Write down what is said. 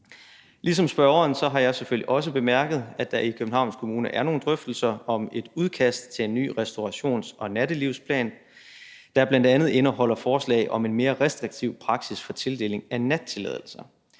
Ligesom spørgeren har jeg selvfølgelig også bemærket, at der i Københavns Kommune er nogle drøftelser om et udkast til en ny restaurations- og nattelivsplan, der bl.a. indeholder forslag om en mere restriktiv praksis for tildeling af nattilladelser.